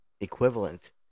equivalent